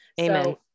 Amen